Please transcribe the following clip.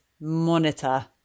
monitor